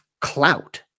clout